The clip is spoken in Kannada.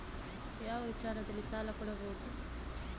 ಯಾವ ವಿಚಾರದಲ್ಲಿ ಸಾಲ ಕೊಡಬಹುದು?